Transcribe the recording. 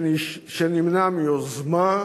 שנמנע מיוזמה,